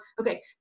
Okay